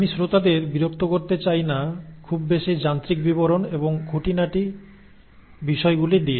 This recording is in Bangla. আমি শ্রোতাদের বিরক্ত করতে চাই না খুব বেশি যান্ত্রিক বিবরণ এবং যান্ত্রিক খুঁটিনাটি বিষয় গুলি দিয়ে